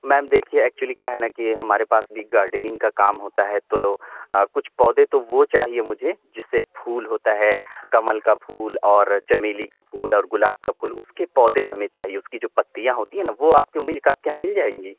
میم دیکھیے ایکچولی کیا ہے نا کہ ہمارے پاس بھی گارڈنگ کا کام ہوتا ہے تو کچھ پودے تو وہ چاہیے مجھے جس سے پھول ہوتا ہے کمل کا پھول اور چمیلی کا پھول اور گلاب کا پھول اس کے پودے ہمیں چاہیے اس کی جو پتیاں ہوتی ہیں نا وہ آپ کے آپ کے یہاں مل جائیں گی